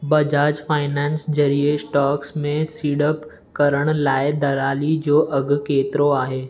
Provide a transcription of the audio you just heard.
Bajaj finance ज़रिए stocks में सीड़प करण लाइ दलाली जो अघु केतिरो आहे